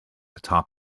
atop